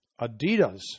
Adidas